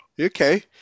Okay